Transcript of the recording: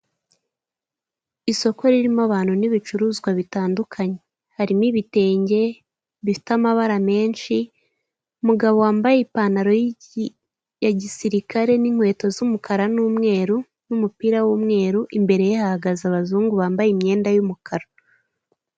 Isoko ririmo abantu n'ibicuruzwa bitandukanye, harimo ibitenge bifite amabara menshi, mugabo wambaye ipantaro ya gisirikare n'inkweto z'umukara n'umweru, n'umupira w'umweru, imbere ye hagaze abazungu bambaye imyenda y'umukara.